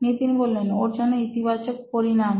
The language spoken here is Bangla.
নিতিন ওর জন্য ইতিবাচক পরিণাম